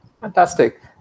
Fantastic